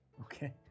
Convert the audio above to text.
Okay